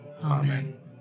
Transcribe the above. Amen